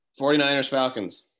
49ers-Falcons